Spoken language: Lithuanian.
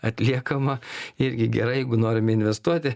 atliekamą irgi gerai jeigu norime investuoti